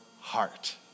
heart